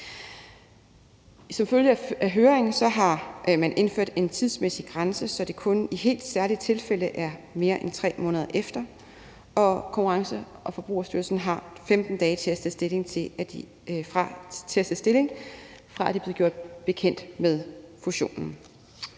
Som følge af høringsprocessen har man indført en tidsmæssig grænse, så det kun i helt særlige tilfælde er mere end 3 måneder efter, og Konkurrence- og Forbrugerstyrelsen har 15 dage til at tage stilling, fra at de er blevet gjort bekendt med fusionen.